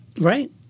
Right